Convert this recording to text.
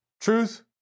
Truth